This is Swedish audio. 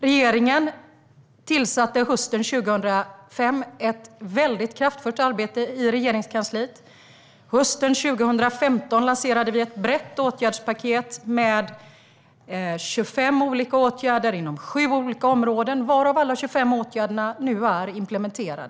Regeringen tillsatte hösten 2005 ett väldigt kraftfullt arbete i Regeringskansliet. Hösten 2015 lanserade vi ett brett åtgärdspaket med 25 olika åtgärder på sju olika områden, varav alla 25 nu är implementerade.